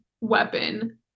weapon